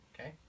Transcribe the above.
Okay